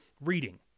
reading